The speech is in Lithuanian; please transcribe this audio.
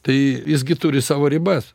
tai jis gi turi savo ribas